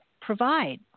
provide